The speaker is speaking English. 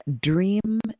Dream